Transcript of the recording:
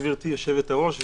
גברתי היושבת-ראש,